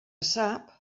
sap